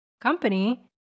company